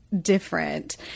different